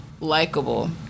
likable